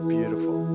Beautiful